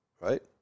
right